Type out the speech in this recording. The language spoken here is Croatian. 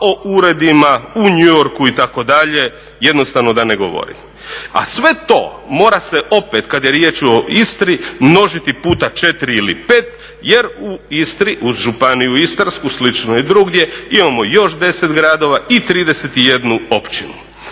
o uredima u New Yorku itd. jednostavno da ne govorim. A sve to mora se opet kad je riječ o Istri množiti puta 4 ili 5 jer u Istri uz Županiju Istarsku slično je i drugdje, imamo još 10 gradova i 31 općinu.